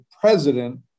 President